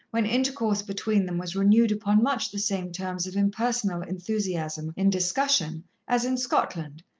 when intercourse between them was renewed upon much the same terms of impersonal enthusiasm in discussion as in scotland,